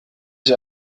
ich